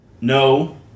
No